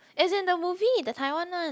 as in the movie the Taiwan one